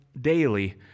daily